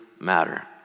matter